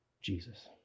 Jesus